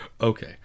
Okay